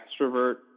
extrovert